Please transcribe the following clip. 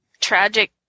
tragic